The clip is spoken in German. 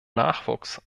nachwuchs